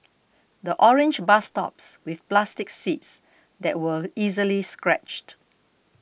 the orange bus stops with plastic seats that were easily scratched